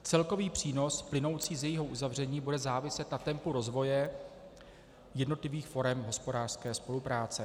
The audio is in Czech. Celkový přínos plynoucí z jejího uzavření bude záviset na tempu rozvoje jednotlivých forem hospodářské spolupráce.